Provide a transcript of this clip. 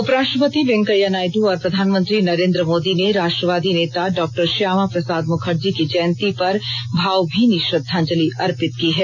उपराष्ट्रपति वेंकैया नायडू और प्रधानमंत्री नरेन्द्र मोदी ने राष्ट्रवादी नेता डॉक्टर श्यामा प्रसाद मुखर्जी की जयंती पर भावमीनी श्रद्वाजलि अर्पित की है